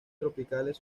tropicales